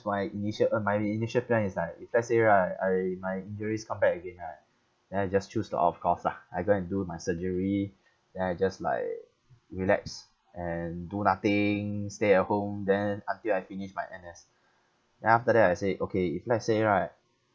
my initial uh my i~ initial plan is like if let's say right I my injuries come back again right then I just choose the off course ah I go and do my surgery then I just like relax and do nothing stay at home then until I finished my N_S then after that I say okay if let's say right